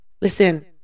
listen